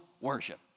worship